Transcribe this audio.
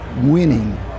winning